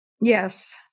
Yes